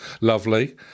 Lovely